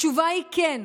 התשובה היא כן.